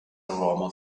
aroma